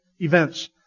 events